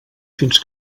fins